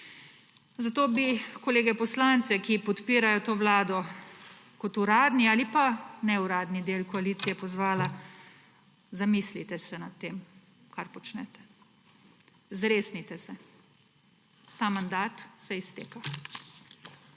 Zato bi kolege poslance, ki podpirajo to vlado kot uradni ali pa neuradni del koalicije, pozvala: zamislite se nad tem, kar počnete. Zresnite se. Ta mandat se izteka.